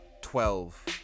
Twelve